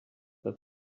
that